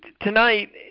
tonight